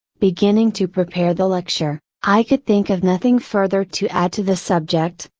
beginning to prepare the lecture, i could think of nothing further to add to the subject,